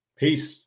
Peace